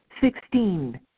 sixteen